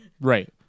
Right